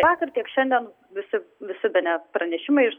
vakar tiek šiandien visi visi bene pranešimais